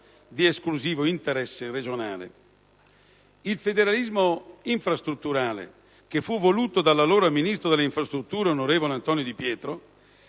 di esclusivo interesse regionale. Il federalismo infrastrutturale fu voluto dall'allora ministro delle infrastrutture, onorevole Antonio Di Pietro,